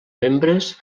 membres